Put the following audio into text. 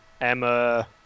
emma